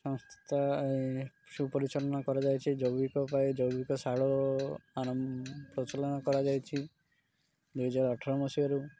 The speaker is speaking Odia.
ସଂସ୍ଥା ସୁପରିଚାଳନା କରାଯାଇଛି ଜୈବିକ ପାଇଁ ଜୈବିକଶାଳ ଆରମ୍ ପ୍ରଚଳନ କରାଯାଇଛି ଦୁଇହଜାର ଅଠର ମସିହାରୁ